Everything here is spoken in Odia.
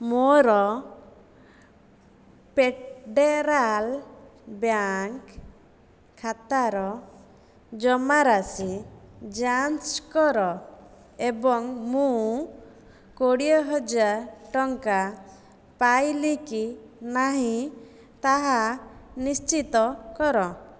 ମୋର ଫେଡ଼େରାଲ ବ୍ୟାଙ୍କ ଖାତାର ଜମାରାଶି ଯାଞ୍ଚ କର ଏବଂ ମୁଁ କୋଡ଼ିଏ ହଜାର ଟଙ୍କା ପାଇଲି କି ନାହିଁ ତାହା ନିଶ୍ଚିତ କର